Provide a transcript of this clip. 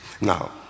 Now